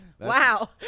Wow